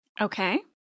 Okay